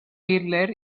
hitler